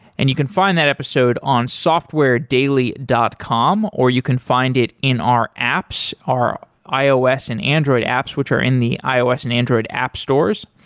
and you can find that episode on software daily dot com, or you can find it in our apps, our ios and android apps, which are in the ios and android app store's.